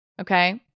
Okay